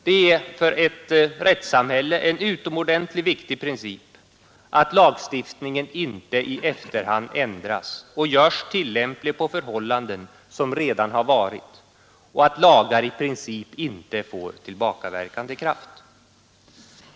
Det är för ett rättssamhälle en utomordentligt viktig princip att lagstiftningen inte i efterhand ändras och görs tillämplig på förhållanden som redan har varit och att lagar i princip inte får tillbakaverkande kraft.